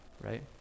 right